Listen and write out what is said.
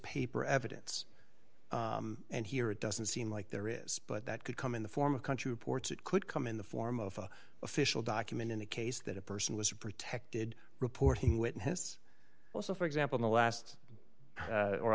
paper evidence and here it doesn't seem like there is but that could come in the form of country reports that could come in the form of official document in the case that a person was a protected reporting witness well so for example the last